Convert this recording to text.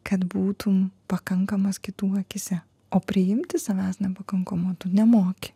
kad būtum pakankamas kitų akyse o priimti savęs nepakankamo tu nemoki